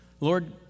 Lord